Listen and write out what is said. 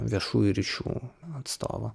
viešųjų ryšių atstovo